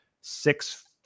six